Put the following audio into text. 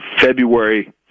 February